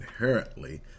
inherently